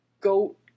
goat